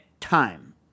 time